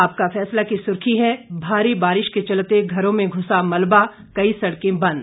आपका फैसला की सुर्खी है भारी बारिश के चलते घरों में घुसा मलबा कई सड़कें बंद